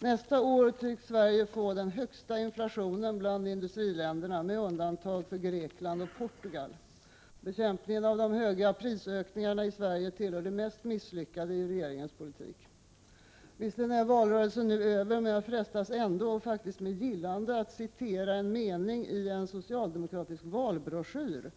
Nästa år tycks Sverige få den högsta inflationen bland industriländerna, med undantag för Grekland och Portugal. Bekämpningen av de höga prisökningarna i Sverige tillhör det mest misslyckade i regeringens politik. Visserligen är valrörelsen nu över, men jag frestas ändå att, faktiskt med gillande, citera en mening i en socialdemokratisk valbroschyr.